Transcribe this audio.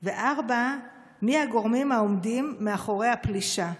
4. מיהם הגורמים העומדים מאחורי הפלישה?